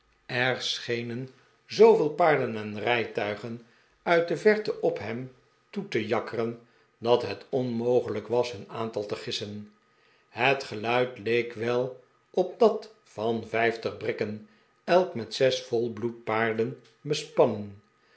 er schenen zooveel paarden en rijtuigen uit de verte op hem toe te jakkeren dat het onmogelijk was hun aantal te gissen het geluid leek wel op dat van vijftig brikken elk met zes volbloed paarden